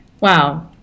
Wow